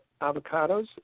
avocados